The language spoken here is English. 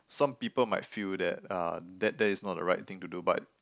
some people might feel that uh that that is not the right thing to do but